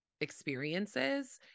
experiences